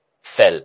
fell